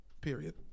Period